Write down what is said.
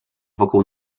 wokół